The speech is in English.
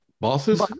Bosses